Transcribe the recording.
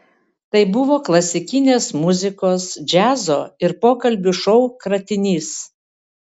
tai buvo klasikinės muzikos džiazo ir pokalbių šou kratinys